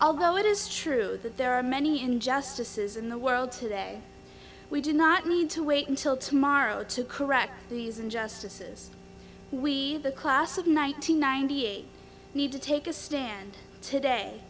although it is true that there are many injustices in the world today we do not need to wait until tomorrow to correct these injustices we the class of nine hundred ninety eight need to take a stand today